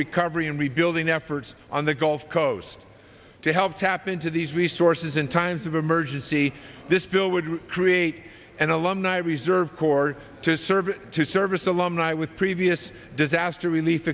recovery and rebuilding efforts on the gulf coast to help tap into these resources in times of emergency this bill would create an alumni reserve corps to serve two service alumni with previous disaster relief